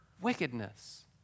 wickedness